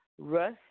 Russ